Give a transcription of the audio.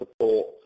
support